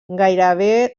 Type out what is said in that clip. gairebé